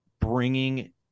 bringing